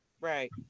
Right